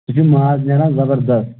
سُہ چھُ ماز نیران زَبردست